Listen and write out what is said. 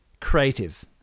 creative